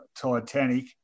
Titanic